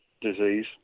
disease